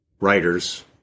writers